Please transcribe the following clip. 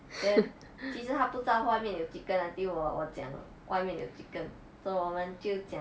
then 其实他不知道外面有 chicken until 我我讲外面有 chicken so 我们就讲